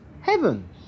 heaven